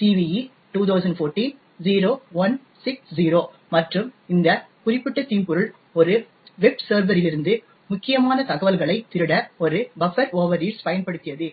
CVE 2014-0160 மற்றும் இந்த குறிப்பிட்ட தீம்பொருள் ஒரு வெப் சர்வரிலிருந்து முக்கியமான தகவல்களைத் திருட ஒரு பஃப்பர் ஓவர்ரீட்ஸ் பயன்படுத்தியது